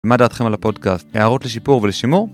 מה דעתכם על הפודקאסט? הערות לשיפור ולשימור?